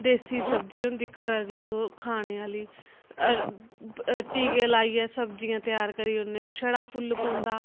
देसी सब्जी होंदी ओह् घरै दी ओह् खाने आह्ली टीके लाइयै सब्जियां त्यार करी ओड़ने छड़ा फुल्ल पौंदा